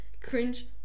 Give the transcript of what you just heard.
Cringe